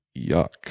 Yuck